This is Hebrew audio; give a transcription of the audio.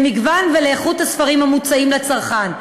למגוון ולאיכות הספרים המוצעים לצרכן.